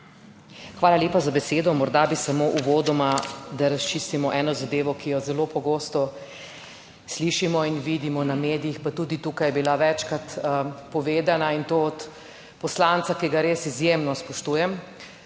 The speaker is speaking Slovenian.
Hvala lepa za besedo. Morda bi samo uvodoma, da razčistimo eno zadevo, ki jo zelo pogosto slišimo in vidimo na medijih, pa tudi tukaj je bila večkrat povedana in to od poslanca, ki ga res izjemno spoštujem